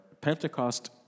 Pentecost